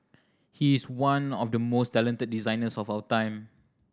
he is one of the most talented designers of our time